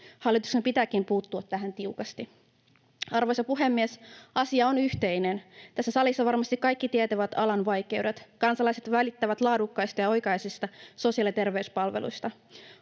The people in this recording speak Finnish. Hallituksen pitääkin puuttua tähän tiukasti. Arvoisa puhemies! Asia on yhteinen. Tässä salissa varmasti kaikki tietävät alan vaikeudet. Kansalaiset välittävät laadukkaista ja oikea-aikaisista sosiaali- ja terveyspalveluista.